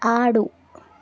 ఆడు